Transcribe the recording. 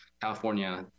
California